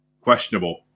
questionable